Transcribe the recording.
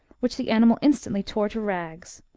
which the animal instantly tore to rags.